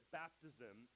baptism